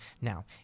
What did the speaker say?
Now